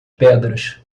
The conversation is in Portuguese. pedras